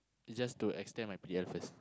is just to extend my P_R first